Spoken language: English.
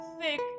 thick